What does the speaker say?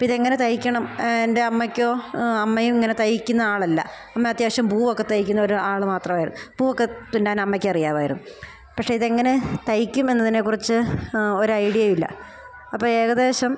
അപ്പോൾ ഇതെങ്ങനെ തയ്ക്കണം എൻ്റെ അമ്മയ്ക്കോ അമ്മയും ഇങ്ങനെ തയ്ക്കുന്ന ആളല്ല അമ്മ അത്യാവശ്യം പൂവൊക്കെ തയ്ക്കുന്ന ഒരു ആൾ മാത്രമായിരുന്നു പൂവൊക്കെ തുന്നാൻ അമ്മയ്ക്കറിയാമായിരുന്നു പക്ഷെ ഇതെങ്ങനെ തയ്ക്കും എന്നതിനെക്കുറിച്ച് ഒറഉ ഐഡിയയും ഇല്ല അപ്പോൾ ഏകദേശം